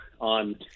on